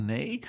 Nee